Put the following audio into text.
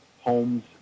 homes